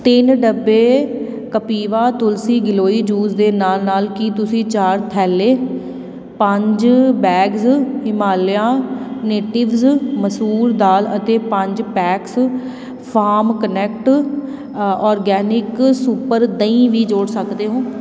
ਤਿੰਨ ਡੱਬੇ ਕਪਿਵਾ ਤੁਲਸੀ ਗਿਲੋਏ ਜੂਸ ਦੇ ਨਾਲ ਨਾਲ ਕੀ ਤੁਸੀਂ ਚਾਰ ਥੈਲੈ ਪੰਜ ਬੈਗਜ਼ ਹਿਮਾਲਿਆ ਨੇਟਿਵਸ ਮਸੂਰ ਦਾਲ ਅਤੇ ਪੰਜ ਪੈਕਸ ਫਾਰਮ ਕਨੈਕਟ ਅ ਆਰਗੈਨਿਕ ਸੁਪਰ ਦਹੀਂ ਵੀ ਜੋੜ ਸਕਦੇ ਹੋ